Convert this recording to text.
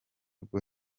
rwo